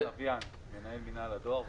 מנהל מינהל הדואר.